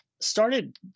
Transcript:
started